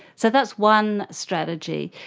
so that's one strategy.